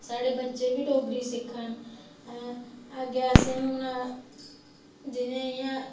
साढ़े बच्चे बी डोगरी सिक्खन अग्गै हून असें ई जियांजियां